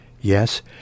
Yes